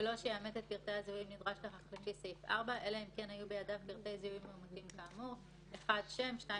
כן התקבל אישור לכך מנושא משרה במפעיל; מתן אישור כאמור ייבחן לפי